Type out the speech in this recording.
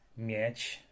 mieć